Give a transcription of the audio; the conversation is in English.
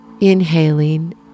Inhaling